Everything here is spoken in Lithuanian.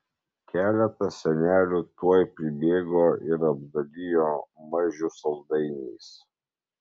keletas senelių tuoj pribėgo ir apdalijo mažių saldainiais